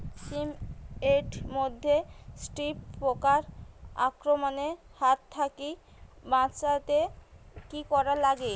শিম এট মধ্যে থ্রিপ্স পোকার আক্রমণের হাত থাকি বাঁচাইতে কি করা লাগে?